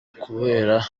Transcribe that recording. kubera